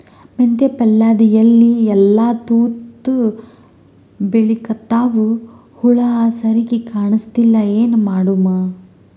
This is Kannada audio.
ಮೆಂತೆ ಪಲ್ಯಾದ ಎಲಿ ಎಲ್ಲಾ ತೂತ ಬಿಳಿಕತ್ತಾವ, ಹುಳ ಸರಿಗ ಕಾಣಸ್ತಿಲ್ಲ, ಏನ ಮಾಡಮು?